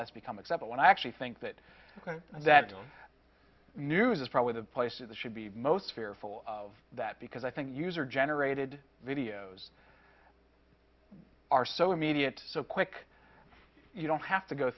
that's become accepted when i actually think that that don't news is probably the place to the should be most fearful of that because i think user generated videos are so immediate so quick you don't have to go